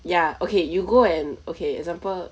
ya okay you go and okay example